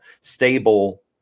stable